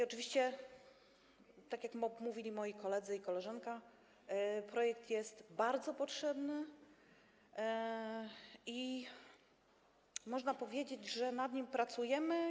Oczywiście tak jak mówili moi koledzy i koleżanka, projekt jest bardzo potrzebny, można powiedzieć, że nad nim pracujemy.